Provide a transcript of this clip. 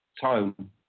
tone